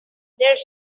there’s